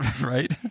Right